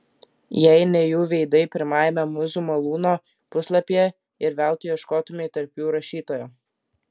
jei ne jų veidai pirmajame mūzų malūno puslapyje ir veltui ieškotumei tarp jų rašytojo